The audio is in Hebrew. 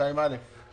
יש לי הערה לסעיף 2(א).